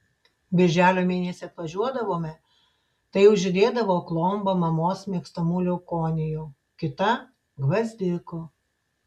birželio mėnesį atvažiuodavome tai jau žydėdavo klomba mamos mėgstamų leukonijų kita gvazdikų